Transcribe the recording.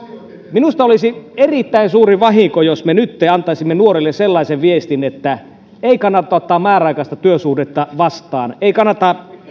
minusta olisi erittäin suuri vahinko jos me nyt antaisimme nuorille sellaisen viestin että ei kannata ottaa määräaikaista työsuhdetta vastaan ei kannata